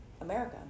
America